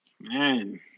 Man